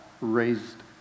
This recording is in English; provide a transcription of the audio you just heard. raised